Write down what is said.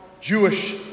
Jewish